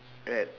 at